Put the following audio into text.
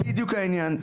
זה בדיוק העניין.